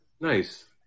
nice